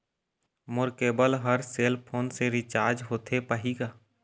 मोर cable हर cell phone से recharge होथे पाही का?